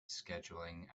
scheduling